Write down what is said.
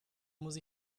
muss